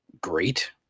great